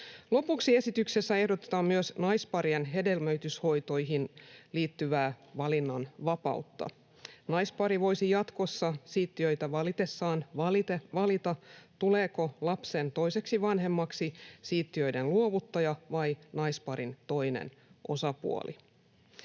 Lopuksi esityksessä ehdotetaan myös naisparien hedelmöityshoitoihin liittyvää valinnanvapautta. Naispari voisi jatkossa siittiöitä valitessaan valita, tuleeko lapsen toiseksi vanhemmaksi siittiöiden luovuttaja vai naisparin toinen osapuoli.